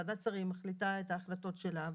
ועדת שרים מחליטה את ההחלטות שלה.